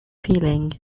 feeling